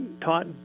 taught